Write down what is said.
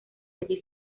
allí